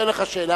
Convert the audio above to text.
אין לך שאלה.